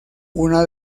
una